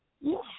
Yes